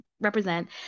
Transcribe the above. represent